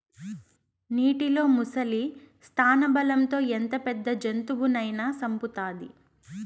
నీటిలో ముసలి స్థానబలం తో ఎంత పెద్ద జంతువునైనా సంపుతాది